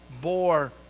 bore